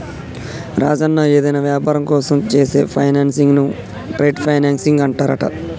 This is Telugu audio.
రాజన్న ఏదైనా వ్యాపారం కోసం చేసే ఫైనాన్సింగ్ ను ట్రేడ్ ఫైనాన్సింగ్ అంటారంట